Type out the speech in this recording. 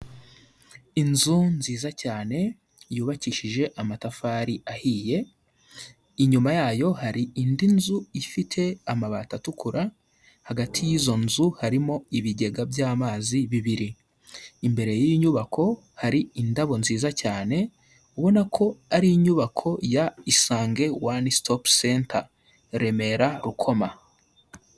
Inzu nziza cyane yubakishije amatafari ahiye, inyuma yayo hari indi nzu ifite amabati atukura, hagati y'izo nzu harimo ibigega by'amazi bibiri, imbere y'iyi nyubako hari indabo nziza cyane, ubona ko ari inyubako ya isange one stop center, Remera, Rukoma.